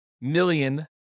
million